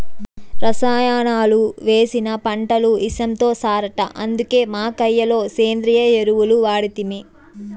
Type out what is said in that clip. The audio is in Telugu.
రసాయనాలు వేసిన పంటలు ఇసంతో సరట అందుకే మా కయ్య లో సేంద్రియ ఎరువులు వాడితిమి